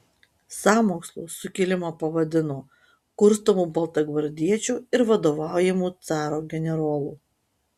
sąmokslu sukilimą pavadino kurstomu baltagvardiečių ir vadovaujamu caro generolų